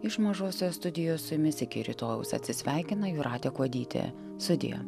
iš mažosios studijos su jumis iki rytojaus atsisveikina jūratė kuodytė sudie